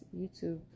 YouTube